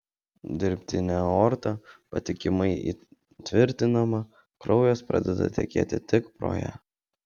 dirbtinė aorta patikimai įtvirtinama kraujas pradeda tekėti tik pro ją